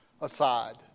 aside